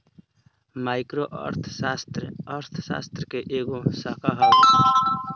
micro अर्थशास्त्र, अर्थशास्त्र के एगो शाखा हवे